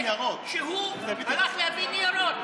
הוא הלך להביא ניירות.